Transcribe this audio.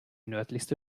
nördlichste